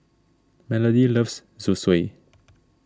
Melodie loves Zosui